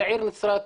העיר נצרת,